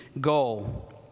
goal